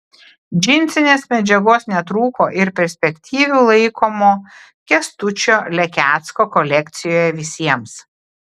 džinsinės medžiagos netrūko ir perspektyviu laikomo kęstučio lekecko kolekcijoje visiems